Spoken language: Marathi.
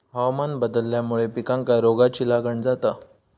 हवामान बदलल्यामुळे पिकांका रोगाची लागण जाता